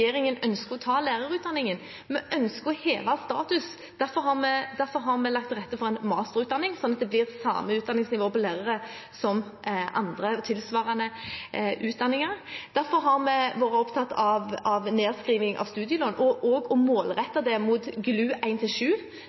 ønsker å ta lærerutdanningen. Vi ønsker å heve statusen. Derfor har vi lagt til rette for en masterutdanning, sånn at det blir samme utdanningsnivå for lærere som for andre, tilsvarende, utdanninger. Derfor har vi vært opptatt av nedskriving av studielån og også å målrette det mot GLU